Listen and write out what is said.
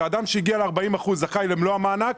שאדם שהגיע ל-40% זכאי למלוא המענק,